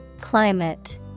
Climate